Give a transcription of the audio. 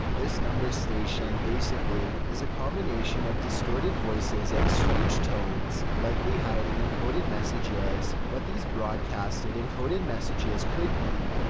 this numbers station, basically, is a combination of distorted voices and strange tones, likely hiding encoded messages. what these broadcasted encoded messages could be,